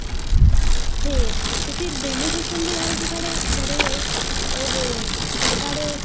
ते ते फिर ड्रेनेज़ सिस्टम दे बारे च साढ़े जेह्ड़े ओह् हे जेह्ड़े साढ़े